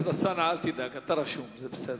אלסאנע, אל תדאג, אתה רשום, זה בסדר.